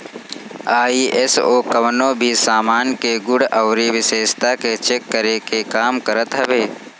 ISO कवनो भी सामान के गुण अउरी विशेषता के चेक करे के काम करत हवे